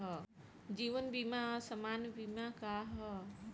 जीवन बीमा आ सामान्य बीमा का ह?